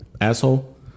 asshole